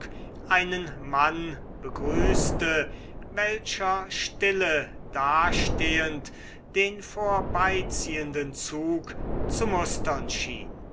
einen mann begrüßte welcher stille dastehend den vorbeiziehenden zug zu mustern schien